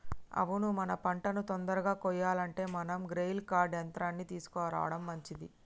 అవును మన పంటను తొందరగా కొయ్యాలంటే మనం గ్రెయిల్ కర్ట్ యంత్రాన్ని తీసుకురావడం మంచిది